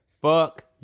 Fuck